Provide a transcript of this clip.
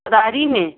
अदारी में